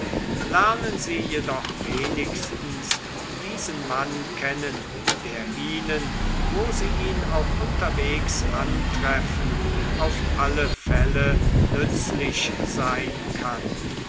lernen sie jedoch wenigstens diesen mann kennen der ihnen wo sie ihn auch unterwegs antreffen auf alle fälle nützlich sein kann